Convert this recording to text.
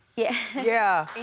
yeah. yeah.